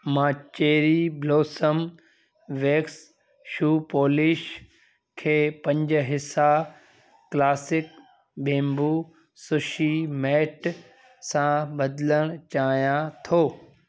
मां cherry blossom wax shoe polish खे पंज हिस्सा क्लासिक बेम्बू सुशी मैट सां बदिलण चाहियां थो